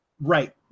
right